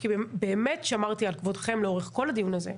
באמת שמרתי על כבודכם לאורך כל הדיון הזה.